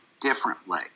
differently